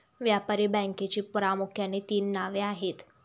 व्यापारी बँकेची प्रामुख्याने तीन नावे आहेत